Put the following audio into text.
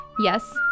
Yes